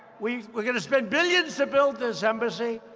we were going to spend billions to build this embassy,